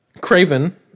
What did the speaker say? Craven